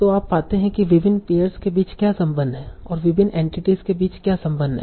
तो आप पाते हैं कि विभिन्न पेयर्स के बीच क्या संबंध हैं और विभिन्न एंटिटीस के बीच क्या संबंध है